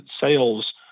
sales